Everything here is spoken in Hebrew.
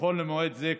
נכון למועד זה,